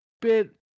Bit